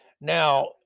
now